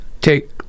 take